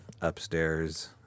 upstairs